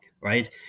Right